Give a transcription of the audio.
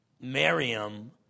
Miriam